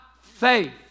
faith